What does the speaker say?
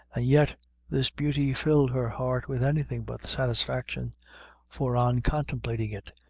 yet this beauty filled her heart with anything but satisfaction for on contemplating it,